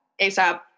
ASAP